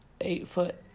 eight-foot